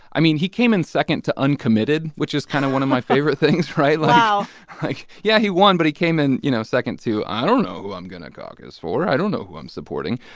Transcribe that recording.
i mean, he came in second to uncommitted, which is kind of one of my favorite things, right? wow like, yeah, he won. but he came in, you know, second to i don't know who i'm going to caucus for. for. i don't know who i'm supporting.